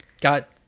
got